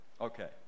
Okay